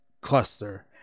cluster